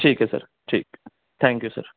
ٹھیک ہے سر ٹھیک تھینک یو سر